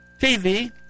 TV